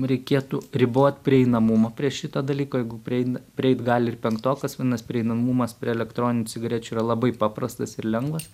reikėtų ribot prieinamumą prie šito dalyko jeigu prieina prieit gali ir penktokas vadinasi prieinamumas prie elektroninių cigarečių yra labai paprastas ir lengvas